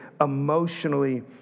emotionally